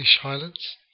Highlands